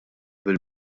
bil